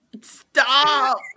Stop